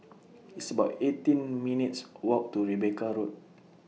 It's about eighteen minutes' Walk to Rebecca Road